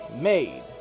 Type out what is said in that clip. made